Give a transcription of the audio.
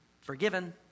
Forgiven